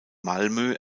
malmö